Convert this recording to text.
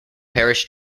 parish